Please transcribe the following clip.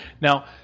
Now